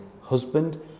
husband